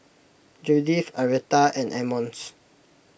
Judyth Aretha and Emmons